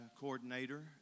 coordinator